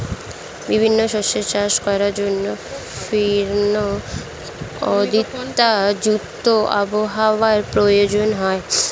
বিভিন্ন শস্য চাষ করার জন্য ভিন্ন আর্দ্রতা যুক্ত আবহাওয়ার প্রয়োজন হয়